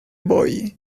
boy